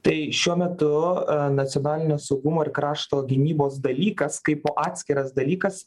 tai šiuo metu nacionalinio saugumo ir krašto gynybos dalykas kaipo atskiras dalykas